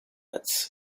pits